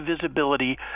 visibility